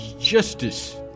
justice